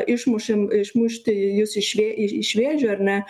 išmušam išmušti jus iš vė i iš vėžių ar ne